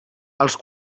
als